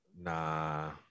Nah